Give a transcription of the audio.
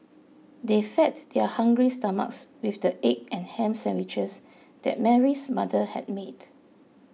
they fed their hungry stomachs with the egg and ham sandwiches that Mary's mother had made